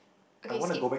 okay skip